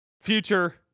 future